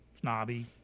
snobby